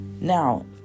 Now